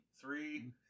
Three